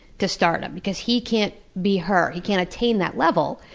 to stardom. because he can't be her, he can't attain that level,